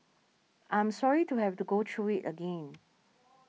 I am sorry to have to go through it again